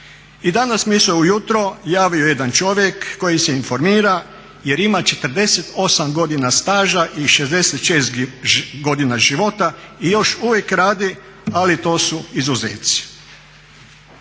I danas mi se ujutro javio jedan čovjek koji se informira jer ima 48 godina staža i 66 godina života i još uvijek radi, ali to su izuzeci.